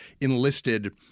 enlisted